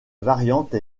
variante